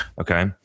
Okay